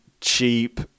cheap